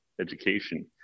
education